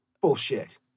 bullshit